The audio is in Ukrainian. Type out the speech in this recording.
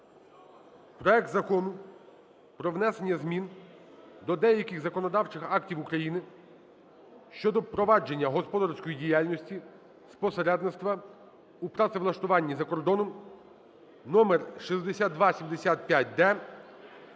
проект Закону про внесення змін до деяких законодавчих актів України щодо впровадження господарської діяльності з посередництва у працевлаштуванні за кордоном (№ 6275-д)